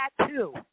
tattoo